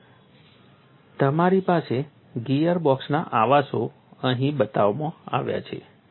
અને તમારી પાસે ગિયર બોક્સના આવાસો અહીં બતાવવામાં આવ્યા છે